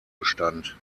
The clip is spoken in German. bestand